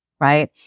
right